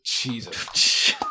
Jesus